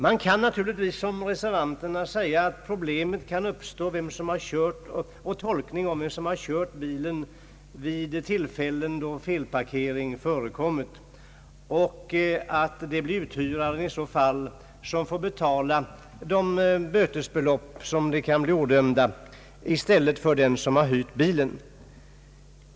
Man kan naturligtvis som reservanterna säga att problemet om vem som har kört bilen vid tillfälle då felparkering förekommit kan uppstå och att det kan bli uthyraren som får betala ådömda bötesbelopp i stället för den som har hyrt bilen.